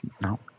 no